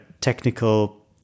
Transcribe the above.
technical